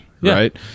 right